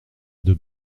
deux